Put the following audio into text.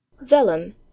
Vellum